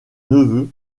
neveu